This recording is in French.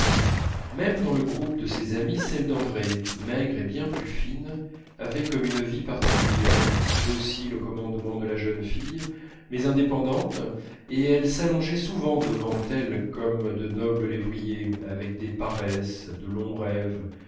même dans le groupe de ses amies celles d'andrée maigres et bien plus fines avaient comme une vie particulière docile au commandement de la jeune fille mais indépendante et elles s'allongeaient souvent devant elle comme de nobles lévriers avec des paresses de longs rêves